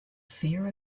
fear